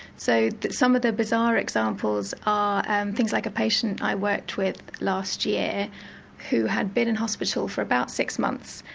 so some of the bizarre examples are and things like a patient i worked with last year who had been in hospital for about six months,